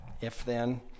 If-then